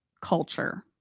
culture